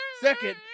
Second